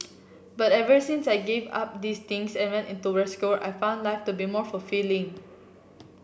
but ever since I gave up these things and went into rescue work I've found life to be more fulfilling